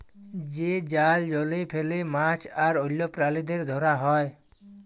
যে জাল জলে ফেলে মাছ আর অল্য প্রালিদের ধরা হ্যয়